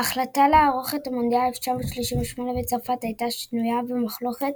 ההחלטה לערוך את מונדיאל 1938 בצרפת הייתה שנויה במחלוקת,